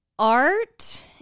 Art